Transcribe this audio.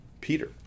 Peter